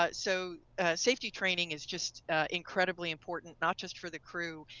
ah so safety training is just incredibly important not just for the crew.